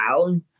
down